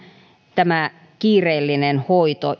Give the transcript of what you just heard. tämä kiireellinen hoito